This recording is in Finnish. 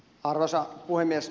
arvoisa puhemies